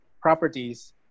properties